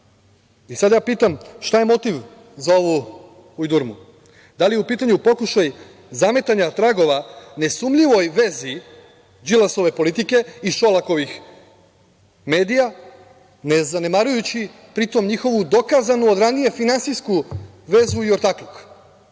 ja pitam, šta je motiv za ovu ujdurmu. Da li je u pitanju pokušaj zametanja tragova nesumnjivoj vezi Đilasove politike i Šolakovih medija, ne zanemarujući pri tom njihovu dokazano od ranije finansijsku vezu i ortakluk.